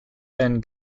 and